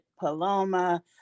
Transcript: Paloma